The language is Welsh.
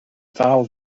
ddal